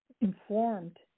informed